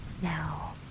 Now